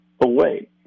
away